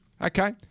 okay